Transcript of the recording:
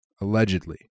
Allegedly